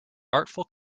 artful